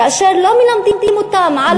כאשר לא מלמדים אותם על